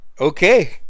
okay